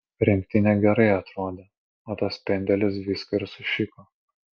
rinktinė gerai atrodė o tas pendelis viską ir sušiko